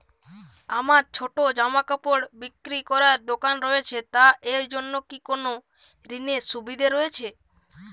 আমার ছোটো জামাকাপড় বিক্রি করার দোকান রয়েছে তা এর জন্য কি কোনো ঋণের সুবিধে রয়েছে?